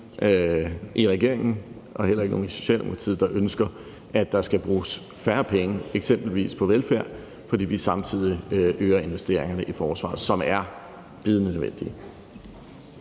i regeringen og heller ikke nogen i Socialdemokratiet, der ønsker, at der skal bruges færre penge på eksempelvis velfærd, fordi vi samtidig øger investeringerne i forsvaret, som er bydende nødvendige.